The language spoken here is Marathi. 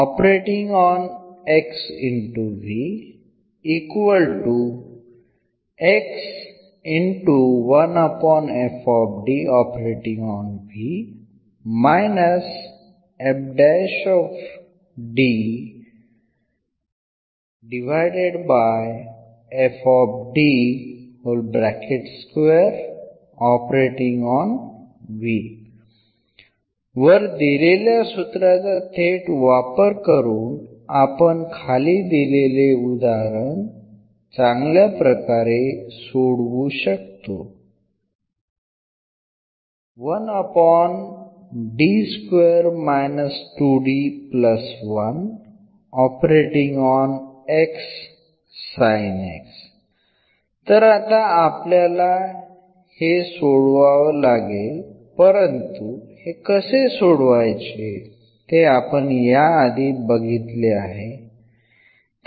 तर ते असे आहे वर दिलेल्या सूत्राचा थेट वापर करून आपण खाली दिलेले उदाहरण चांगल्याप्रकारे सोडू शकतो तर आता आपल्याला हे सोडवावा लागेल परंतु हे कसे सोडवायचे ते आपण याआधी बघितले आहे